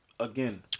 Again